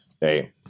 Hey